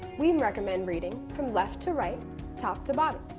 we recommend reading from left to right top to but